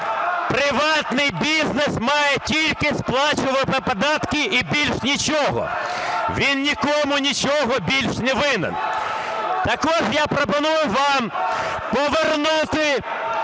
Приватний бізнес має тільки сплачувати податки і більше нічого. Він нікому нічого більше не винен. Так от я пропоную вам повернути